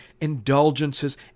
indulgences